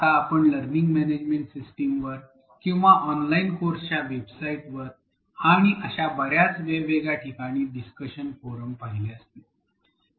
आता आपण learning management सिस्टमवर किंवा ऑनलाईन कोर्सेसच्या वेबसाइटवर आणि अशा बर्याच वेगवेगळ्या ठिकाणी डिस्कशन फोरम पाहिले असतील